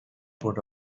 put